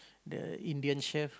the Indian chef